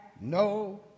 no